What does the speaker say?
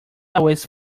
always